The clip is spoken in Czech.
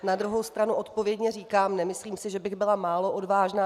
Na druhou stranu odpovědně říkám, nemyslím si, že bych byla málo odvážná.